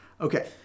Okay